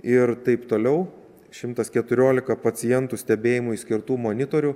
ir taip toliau šimtas keturiolika pacientų stebėjimui skirtų monitorių